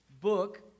book